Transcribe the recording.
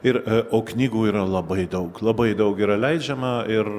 ir o knygų yra labai daug labai daug yra leidžiama ir